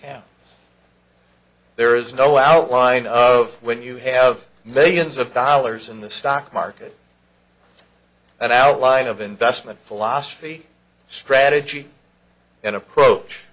accounts there is no outline of when you have millions of dollars in the stock market an outline of investment philosophy strategy and approach